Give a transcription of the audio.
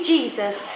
Jesus